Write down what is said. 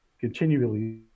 Continually